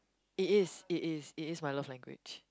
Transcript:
it is it is it is my love language